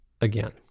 again